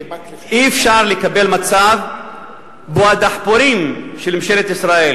אי-אפשר לקבל מצב שבו הדחפורים של ממשלת ישראל